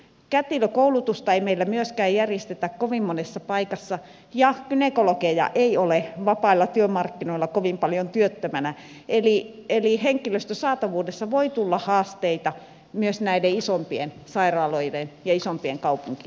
kätilökoulutusta ei meillä myöskään järjestetä kovin monessa paikassa ja gynekologeja ei ole vapailla työmarkkinoilla kovin paljon työttömänä eli henkilöstön saatavuudessa voi tulla haasteita myös näiden isompien sairaaloiden ja isompien kaupunkien kohdalla